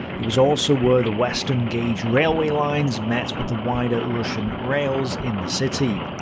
it was also where the western gauge railway lines met with the wider russian rails in the city.